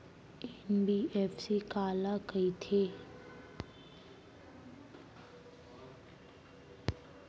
NBFC काला कहिथे?